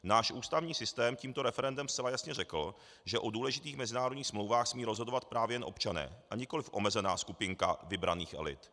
Náš ústavní systém tímto referendem zcela jasně řekl, že o důležitých mezinárodních smlouvách smí rozhodovat právě jen občané, a nikoliv omezená skupina vybraných elit.